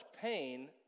pain